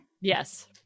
Yes